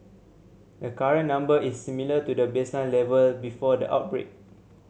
the current number is similar to the baseline level before the outbreak